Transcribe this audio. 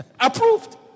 Approved